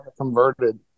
converted